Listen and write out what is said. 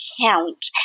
count